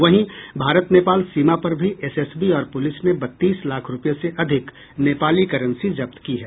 वहीं भारत नेपाल सीमा पर भी एसएसबी और पुलिस ने बत्तीस लाख रूपये से अधिक नेपाली करेंसी जब्त की है